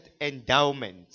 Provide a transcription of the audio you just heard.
endowment